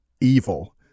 evil